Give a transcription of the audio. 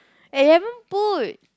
I haven't put